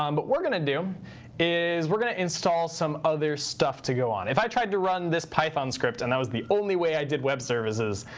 um but we're going to do is we're going to install some other stuff to go on. if i tried to run this python script and that was the only way i did web services,